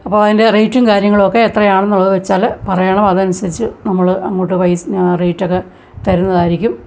അപ്പോൾ അതിൻ്റെ റേറ്റും കാര്യങ്ങളൊക്കെ എത്രയാണെന്നുള്ളത് വെച്ചാൽ പറയണം അതനുസരിച്ച് നമ്മൾ അങ്ങോട്ടു പൈസ റേറ്റൊക്കെ തരുന്നതായിരിക്കും